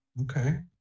Okay